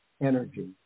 energy